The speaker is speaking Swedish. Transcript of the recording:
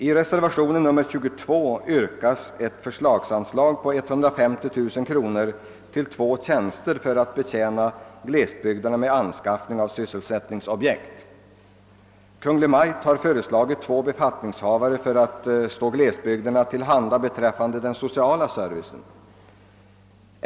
I reservationen 22 yrkas ett förslagsanslag på 150000 kronor för att till arbetsmarknadsstyrelsen knyta två kvalificerade arbetsmarknadskonsulenter med uppgift att biträda företagen inom glesbygdsområdena i frågor som gäller beställning och avsättning av produkter. Kungl. Maj:t har föreslagit att två befattningshavare skall gå glesbygderna till handa beträffande den sociala servicen.